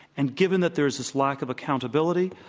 and given that there is this lack of accountability,